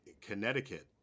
Connecticut